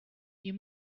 you